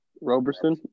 Roberson